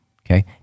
Okay